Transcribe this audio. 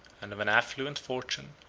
and of an affluent fortune,